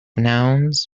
nouns